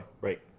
right